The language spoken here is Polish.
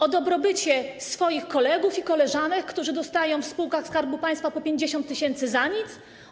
O dobrobycie swoich kolegów i koleżanek, którzy dostają w spółkach Skarbu Państwa po 50 tys. za nic?